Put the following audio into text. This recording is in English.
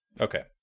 Okay